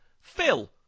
Phil